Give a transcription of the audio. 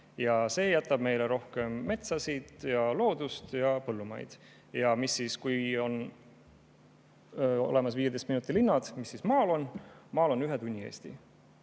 See jätab meile rohkem metsasid, loodust ja põllumaid. Ja kui on olemas 15 minuti linnad, mis siis maal on? Maal on ühe tunni Eesti